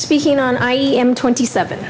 speaking on i am twenty seven